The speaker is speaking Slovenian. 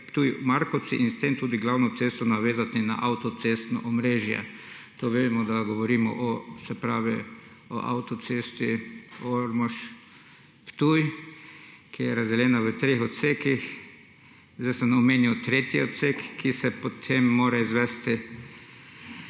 Ptuj-Markovci in s tem tudi glavno cesto navezati na avtocestno omrežje. Vemo, da govorim o avtocesti Ormož-Ptuj, ki je razdeljena v treh odsekih. Sedaj sem omenil tretji odsek, ki se potem mora izvesti,